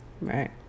Right